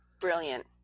Brilliant